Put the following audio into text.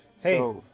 hey